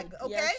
Okay